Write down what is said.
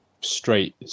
straight